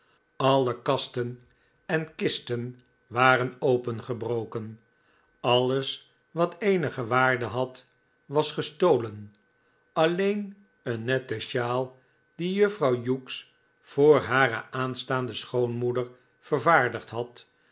alle kasten en kisten waren opengebroken alles wat eenige waarde had was gestolen alleen eene nette sjaal die juffrouw hughes voor hare aanstaande schoonmoeder vervaardigd had